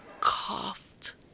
coughed